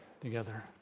together